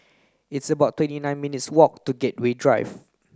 it's about twenty nine minutes walk to Gateway Drive